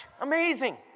Amazing